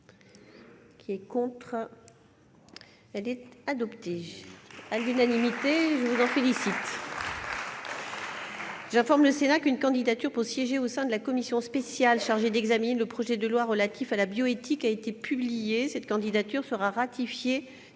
loi a été adoptée à l'unanimité des présents. J'informe le Sénat qu'une candidature pour siéger au sein de la commission spéciale chargée d'examiner le projet de loi relatif à la bioéthique a été publiée. Cette candidature sera ratifiée